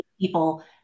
people